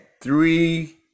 three